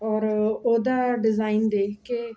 ਔਰ ਉਹਦਾ ਡਿਜ਼ਾਇਨ ਦੇਖ ਕੇ